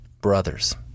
brothers